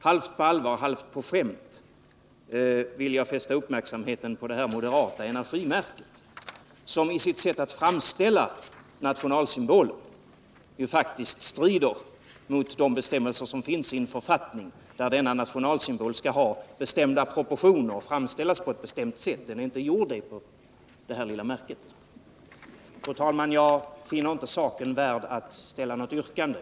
Halvt på allvar, halvt på skämt vill jag fästa uppmärksamheten på det moderata energimärket, som i sitt sätt att framställa nationalsymbolen faktiskt strider mot författningsbestämmelserna, vilka säger att sådana nationalsymboler skall ha bestämda proportioner och framställas på ett bestämt sätt. Så är inte fallet med det här lilla märket. Fru talman! Jag finner inte saken värd något yrkande.